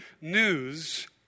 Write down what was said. news